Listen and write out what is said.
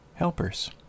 helpers